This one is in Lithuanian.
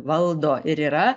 valdo ir yra